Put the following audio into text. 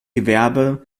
gewerbe